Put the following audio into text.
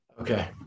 Okay